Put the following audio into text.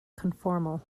conformal